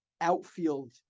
outfield